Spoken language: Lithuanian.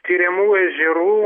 tiriamų ežerų